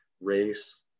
race